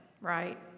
right